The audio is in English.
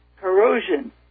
corrosion